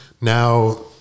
now